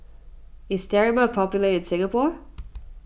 is Sterimar popular in Singapore